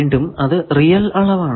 വീണ്ടും അത് റിയൽ അളവാണ്